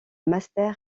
master